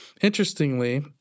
Interestingly